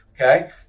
okay